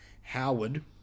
Howard